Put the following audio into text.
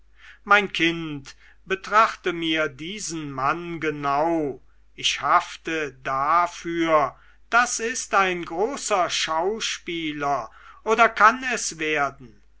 mein kind betrachte mir diesen mann genau ich hafte dafür das ist ein großer schauspieler oder kann es werden